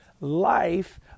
life